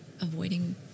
avoiding